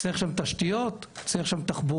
צריך שם תשתיות, צריך שם תחבורה.